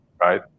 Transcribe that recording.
right